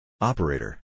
Operator